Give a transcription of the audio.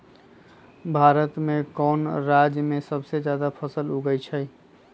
भारत में कौन राज में सबसे जादा फसल उगई छई?